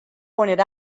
pointed